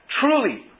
Truly